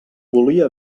volia